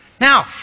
Now